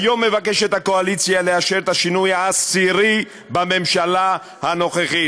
היום מבקשת הקואליציה לאשר את השינוי העשירי בממשלה הנוכחית.